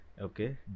okay